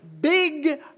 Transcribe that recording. big